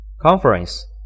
conference